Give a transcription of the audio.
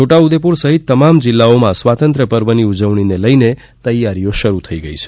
છોટા ઉદેપુર સહિત તમામ જિલ્લાઓમાં સ્વાતંત્ર્ય પર્વની ઉજવણીને લઇને તેયારીઓ શરૂ થઇ ગઇ છે